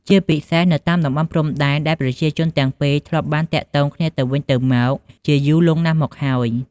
ជាពិសេសនៅតាមតំបន់ព្រំដែនដែលប្រជាជនទាំងពីរធ្លាប់បានទាក់ទងគ្នាទៅវិញទៅមកជាយូរលង់ណាស់មកហើយ។